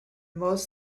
most